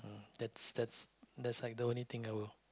that's that's that's like the only thing I will